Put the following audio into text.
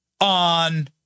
on